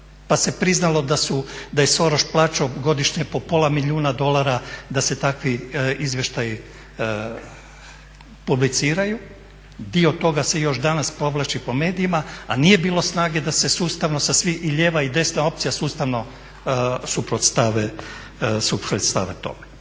pa se priznalo da je Soros plaćao godišnje po pola milijuna dolara da se takvi izvještaji publiciraju. Dio toga se još danas povlači po medijima a nije bilo snage da se sustavno svi, i lijeva i desna opcija sustavno suprotstave tome.